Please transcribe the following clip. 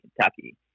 Kentucky